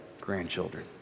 grandchildren